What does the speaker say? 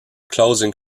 closing